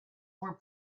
were